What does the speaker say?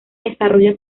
desarrolla